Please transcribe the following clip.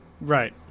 Right